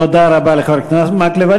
תודה רבה לחבר הכנסת מקלב.